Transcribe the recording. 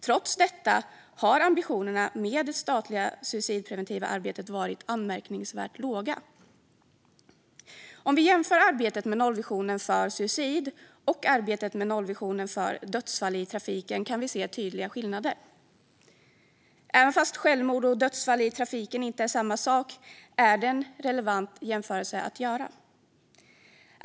Trots detta har ambitionerna för det statliga suicidpreventiva arbetet varit anmärkningsvärt låga. Om vi jämför arbetet med nollvisionen för suicid och arbetet med nollvisionen för dödsfall i trafiken kan vi se tydliga skillnader. Även om självmord och dödsfall i trafiken inte är samma sak är det en relevant jämförelse att göra.